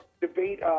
debate